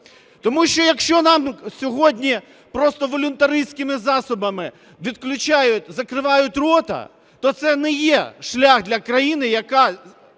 Тому що, якщо нам сьогодні просто волюнтаристськими засобами закривають рота, то це не є шлях для країни, яка